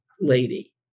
lady